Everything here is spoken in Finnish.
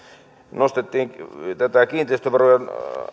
nostettiin tätä kiinteistöverojen